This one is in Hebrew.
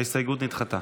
ההסתייגות נדחתה.